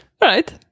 Right